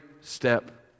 step